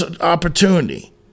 opportunity